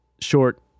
short